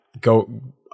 go